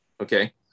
okay